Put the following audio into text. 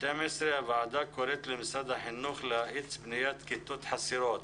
הוועדה קוראת למשרד החינוך להאיץ בניית כיתות חסרות.